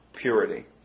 purity